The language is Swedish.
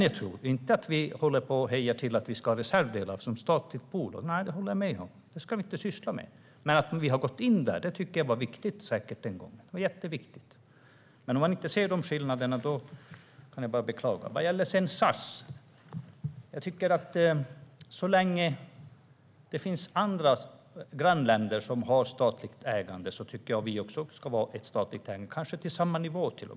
Jag håller dock med om att vi inte ska ha ett statligt bolag för reservdelar i dag. Det ska vi inte syssla med. Men att vi gick in var säkert jätteviktigt en gång i tiden. Jag kan bara beklaga om man inte ser den skillnaden. Så till SAS. Så länge vi har grannländer som har ett statligt ägande i SAS tycker jag att vi också ska ha det, i alla fall på samma nivå.